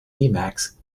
emacs